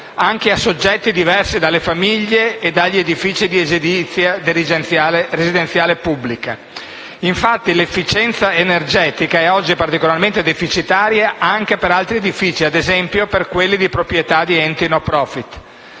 anche a soggetti diversi dalle famiglie e dagli edifici di edilizia residenziale pubblica. Infatti, l'efficienza energetica è oggi particolarmente deficitaria anche per altri edifici, come - ad esempio - per quelli di proprietà di enti *no profit*.